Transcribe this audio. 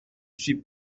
suis